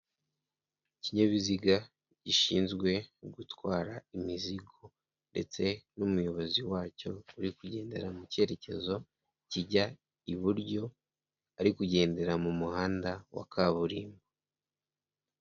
Ikinyabiziga gishinzwe gutwara imizigo. Ndetse n'umuyobozi wacyo uri kugendera mu cyerekezo kijya iburyo, ari kugendera mu muhanda wa kaburimbo.